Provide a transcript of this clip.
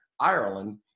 Ireland